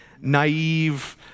naive